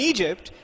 Egypt